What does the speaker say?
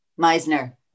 Meisner